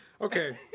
Okay